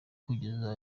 kugeza